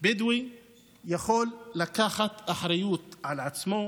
בדואי יכול לקחת אחריות על עצמו,